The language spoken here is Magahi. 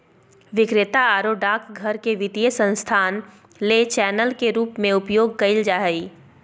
विक्रेता आरो डाकघर के वित्तीय संस्थान ले चैनल के रूप में उपयोग कइल जा हइ